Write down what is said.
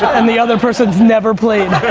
and the other person's never played.